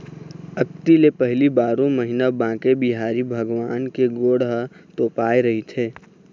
अक्ती ले पहिली बारो महिना बांके बिहारी भगवान के गोड़ ह तोपाए रहिथे